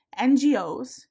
NGOs